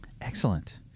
excellent